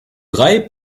brei